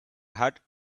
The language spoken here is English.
had